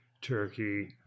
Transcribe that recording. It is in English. Turkey